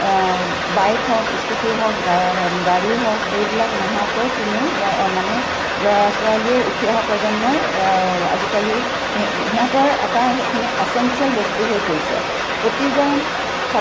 bike হওক scooty হওক গাড়ী হওক এইবিলাক নোহোৱাকৈ কোনো ল মানে ল'ৰা ছোৱালীয়ে উঠি অহা প্ৰজন্মই আজিকালি সিহঁতৰ এটাই সেইখিনি এচেনচিয়েল বস্তু হৈ পৰিছে প্ৰতিজন ছাত্ৰ